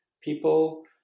people